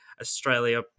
Australia